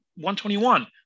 121